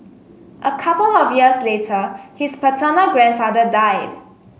a couple of years later his paternal grandfather died